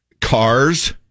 Cars